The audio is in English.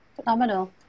Phenomenal